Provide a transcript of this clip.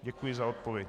Děkuji za odpověď.